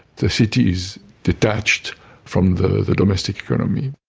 the city's detached from the the domestic economy.